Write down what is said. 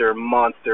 monster